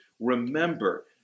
remember